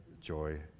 joy